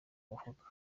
mufuka